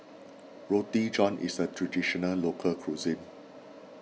Roti John is a Traditional Local Cuisine